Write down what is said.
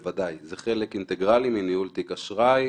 בוודאי, זה חלק אינטגרלי מניהול תיק האשראי.